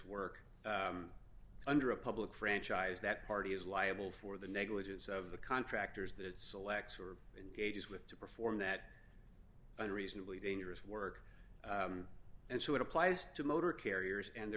work under a public franchise that party is liable for the negligence of the contractors that it selects or engages with to perform that unreasonably dangerous work and so it applies to motor carriers and they're